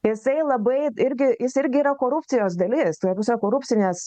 jisai labai irgi jis irgi yra korupcijos dalis ta prasme korupcinės